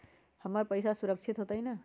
हमर पईसा सुरक्षित होतई न?